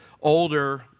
older